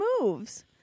moves